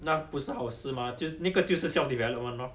那不是好事嘛就那个就是 self development lor